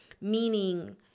Meaning